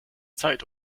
zeit